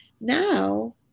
Now